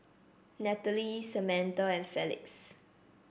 Nathalie Samatha and Felix